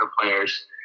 players